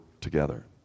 together